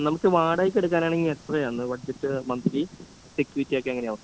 നമുക്ക് വാടകയ്ക്കെടുക്കാനാണെങ്കിൽ എത്രയാന്ന് ബഡ്ജറ്റ് മന്ത്ലി സെക്യൂരിറ്റിയൊക്കെ എങ്ങനെയാകും